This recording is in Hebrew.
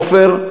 עפר,